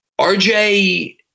RJ